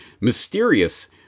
mysterious